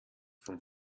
von